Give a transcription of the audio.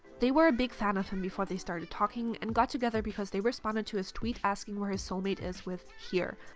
they were a big fan of him before they started talking and got together because they responded to his tweet asking where his soulmate is with here.